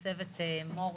מור,